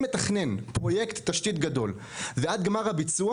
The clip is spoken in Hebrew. לתכנן פרויקט תשתית גדול ועד גמר הביצוע